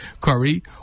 Curry